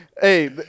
Hey